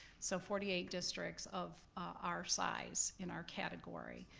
so forty eight districts of our size in our category,